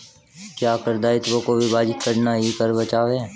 क्या कर दायित्वों को विभाजित करना ही कर बचाव है?